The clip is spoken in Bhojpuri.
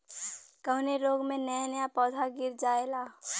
कवने रोग में नया नया पौधा गिर जयेला?